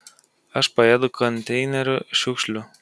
aš paėdu konteinerių šiukšlių